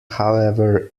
however